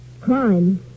crime